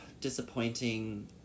disappointing